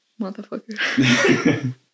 motherfucker